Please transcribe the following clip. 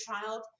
child